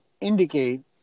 indicate